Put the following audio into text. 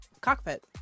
cockpit